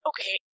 Okay